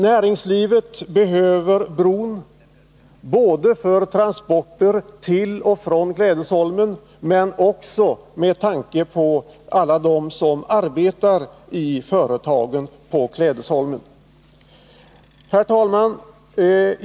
Näringslivet behöver bron, både för transporter av gods och av alla dem som arbetar i företagen på Klädesholmen. Herr talman!